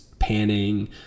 panning